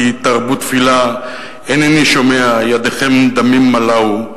תרבו תפילה אינני שומע ידיכם דמים מלאו.